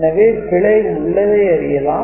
எனவே பிழை உள்ளதை அறியலாம்